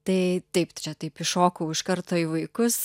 tai taip tai čia taip įšokau iš karto į vaikus